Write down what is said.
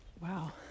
Wow